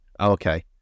Okay